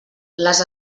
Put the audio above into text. les